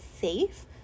safe